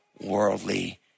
worldly